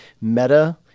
meta